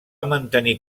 mantenir